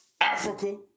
Africa